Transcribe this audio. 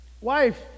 Wife